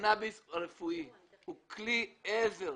הקנאביס הרפואי הוא כלי עזר,